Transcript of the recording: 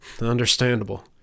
Understandable